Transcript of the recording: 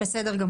בסדר.